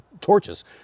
torches